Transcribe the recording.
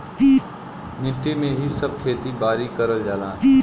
मट्टी में ही सब खेती बारी करल जाला